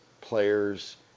players